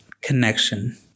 connection